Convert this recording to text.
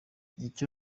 icyo